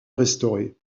restaurée